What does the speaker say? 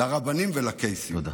לרבנים ולקייסים.